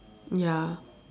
ya